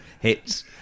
Hits